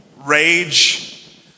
rage